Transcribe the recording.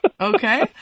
Okay